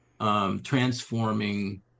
transforming